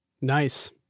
Nice